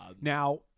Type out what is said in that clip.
now